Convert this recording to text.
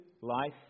life